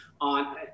on